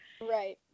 Right